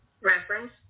reference